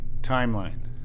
timeline